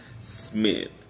Smith